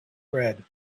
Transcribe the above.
bread